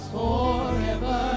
forever